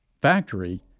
factory